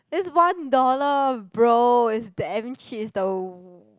it's one dollar bro it's damn cheap it's the